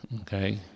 okay